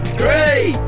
three